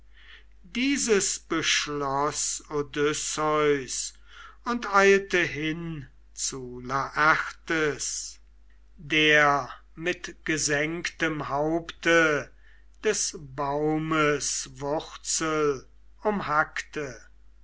dieses beschloß odysseus und eilte hin zu laertes der mit gesenktem haupte des baumes wurzel umhackte